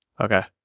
Okay